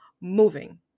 moving